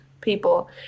people